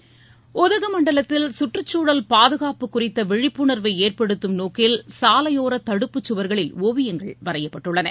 நோக்கில் உதகமண்டலத்தில் சுற்றுகுழல் பாதுகாப்பு குறித்தவிழிப்புணர்வைஏற்படுத்தும் சாலையோரதடுப்புச் சுவர்களில் ஒவியங்கள் வரையப்பட்டுள்ளன